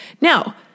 Now